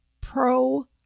pro